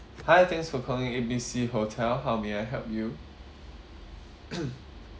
hi thanks for calling A_B_C hotel how may I help you